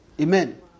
Amen